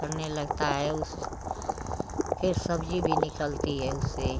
फलने लगता है उस फिर सब्ज़ी भी निकलती है उससे